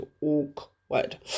awkward